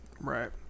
Right